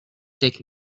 take